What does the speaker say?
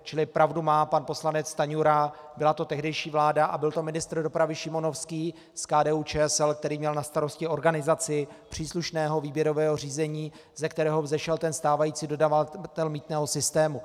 Čili pravdu má pan poslanec Stanjura, byla to tehdejší vláda a byl to ministr dopravy Šimonovský z KDUČSL, který měl na starosti organizaci příslušného výběrového řízení, ze kterého vzešel ten stávající dodavatel mýtného systému.